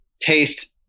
taste